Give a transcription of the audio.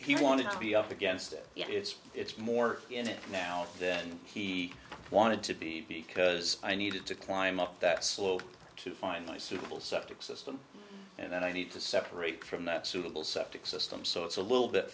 he wanted to be up against it you know it's it's more in it now and then he wanted to be because i needed to climb up that slope to find my suitable septic system and then i need to separate from that suitable septic system so it's a little bit